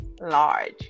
Large